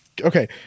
okay